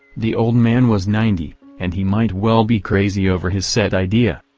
the old man was ninety, and he might well be crazy over his set idea.